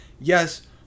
Yes